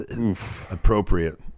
Appropriate